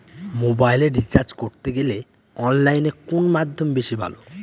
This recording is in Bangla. মোবাইলের রিচার্জ করতে গেলে অনলাইনে কোন মাধ্যম বেশি ভালো?